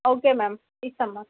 okay ma'am ఇస్తాం ma'am